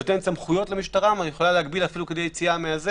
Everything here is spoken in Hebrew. היא נותנת סמכויות למשטרה שיכולה להגביל אפילו יציאה.